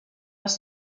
les